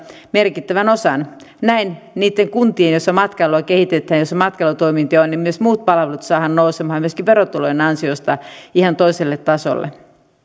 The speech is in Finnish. merkittävän osan vuodesta näin niitten kuntien jossa matkailua kehitetään ja jossa matkailutoimintoja on muutkin palvelut saadaan nousemaan myöskin verotulojen ansiosta ihan toiselle tasolle